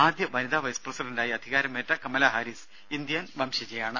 ആദ്യ വനിതാ വൈസ് പ്രസിഡന്റായി അധികാരമേറ്റ കമലാഹാരിസ് ഇന്ത്യൻ വംശജയാണ്